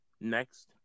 next